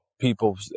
people